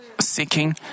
seeking